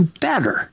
better